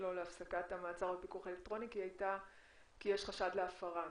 שלו להפסקת המעצר בפיקוח אלקטרוני כי יש חשד להפרה,